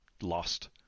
lost